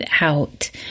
out